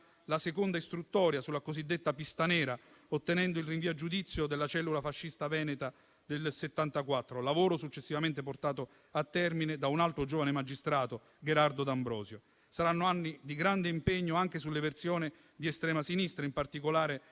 la seconda istruttoria sulla cosiddetta pista nera, ottenendo il rinvio a giudizio della cellula fascista veneta nel 1974, lavoro successivamente portato a termine da un altro giovane magistrato, Gherardo D'Ambrosio. Saranno anni di grande impegno anche sull'eversione di estrema sinistra, in particolare